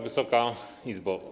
Wysoka Izbo!